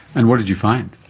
and what did you find?